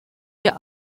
wir